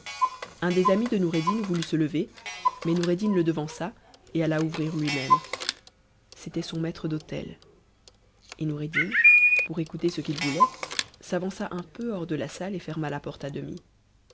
un des amis de noureddin voulut se lever mais noureddin le devant et alla ouvrir lui-même c'était son maître d'hôtel et noureddiu p écouter ce qu'il voulait s'avança un peu hors de la salle et ferma la port à demi